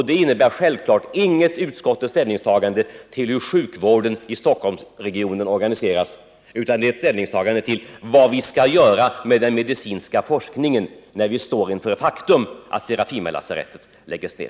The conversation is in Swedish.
Det innebär självfallet inget ställningstagande till hur sjukvården i Stockholmsregionen organiseras, utan det är ett ställningstagande till vad vi skall göra med den medicinska forskningen när vi står inför det faktum att Serafimerlasarettet skall läggas ned.